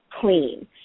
clean